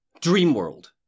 Dreamworld